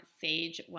Sage